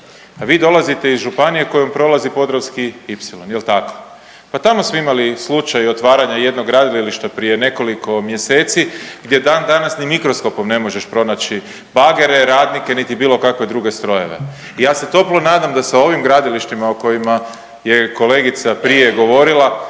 Vi dolazite iz županije kojom prolazi podravski ipsilon jel tako, pa tamo smo imali slučaj otvaranja jednog gradilišta prije nekoliko mjeseci gdje dan danas ni mikroskopom ne možeš pronaći bagere, radnike niti bilo kakve druge strojeve. Ja se toplo nadam da sa ovim gradilištima o kojima je kolegica prije govorila